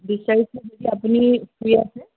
বিছ তাৰিখে যদি আপুনি ফ্ৰী আছে